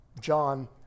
John